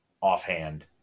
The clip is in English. offhand